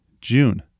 June